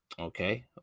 Okay